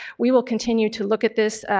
we will continue to look at this,